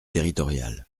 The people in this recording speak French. territoriales